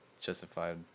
justified